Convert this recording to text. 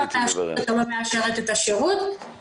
ידי מועצת הקופה לפני כ-4 שנים לשמש בתפקיד הנציבה,